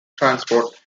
transport